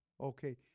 Okay